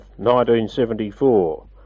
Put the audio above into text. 1974